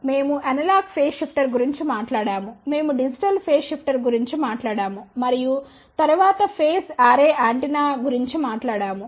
మేము analogue phase shifter గురించి మాట్లాడాము మేము డిజిటల్ ఫేజ్ షిఫ్టర్ గురించి మాట్లాడాము మరియు తరువాత ఫేజ్ అర్రే యాంటెన్నా గురించి మాట్లాడాము